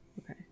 Okay